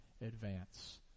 advance